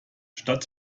statt